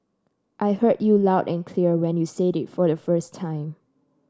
I heard you loud and clear when you said it for the first time